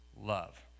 Love